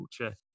culture